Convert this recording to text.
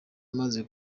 maze